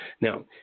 Now